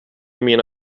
mina